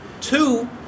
Two